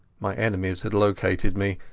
my enemies had located me,